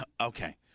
Okay